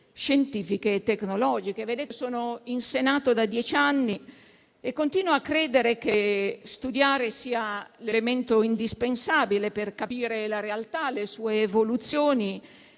scientifiche e tecnologiche. Vedete, sono in Senato da dieci anni e continuo a credere che studiare sia l'elemento indispensabile per capire la realtà e le sue evoluzioni